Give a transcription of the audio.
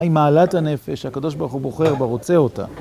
עם מעלת הנפש, הקדוש ברוך הוא בוחר ורוצה אותה.